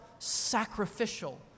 sacrificial